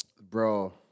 Bro